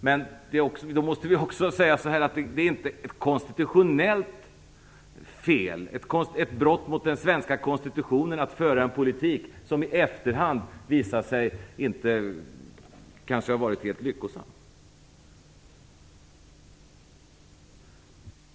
Men då måste vi också säga att det inte är ett brott mot den svenska konstitutionen att föra en politik som i efterhand visar sig inte ha varit helt lyckosam.